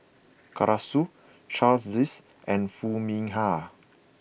Arasu Charles Dyce and Foo Mee Har